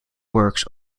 works